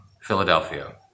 Philadelphia